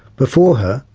before her,